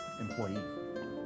employee